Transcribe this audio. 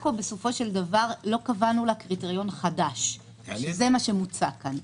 לעכו לא קבענו קריטריון חדש, שזה מה שמוצע כאן.